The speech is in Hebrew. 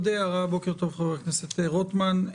בוקר טוב חבר הכנסת רוטמן.